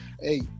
Hey